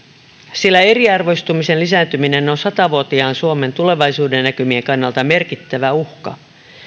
sillä eriarvoistumisen lisääntyminen on sata vuotiaan suomen tulevaisuudennäkymien kannalta merkittävä uhka